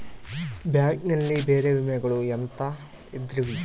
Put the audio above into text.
Bank ನಲ್ಲಿ ಬೇರೆ ಬೇರೆ ವಿಮೆಗಳು ಎಂತವ್ ಇದವ್ರಿ?